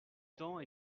temps